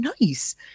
nice